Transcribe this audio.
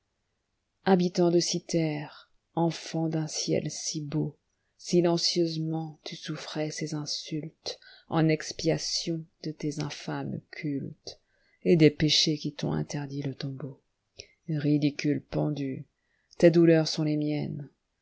habitant de cythère enfant d'un ciel si beau silencieusement tu souffrais ces insultesen expiation de tes infâmes culteset des péchés qui t'ont interdit le tombeau ridicule pendu tes douleurs sont les miennesije